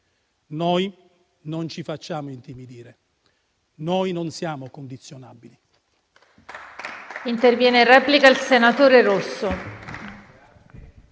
Noi non ci facciamo intimidire, noi non siamo condizionabili.